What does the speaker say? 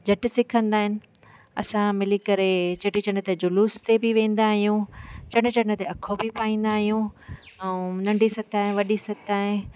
झटि सिखंदा आहिनि असां मिली करे चेटीचंड ते जुलूस ते बि वेंदा आहियूं चंड चंड ते अखो बि पाईंदा आहियूं ऐं नंढी सताए वॾी सताए